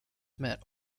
met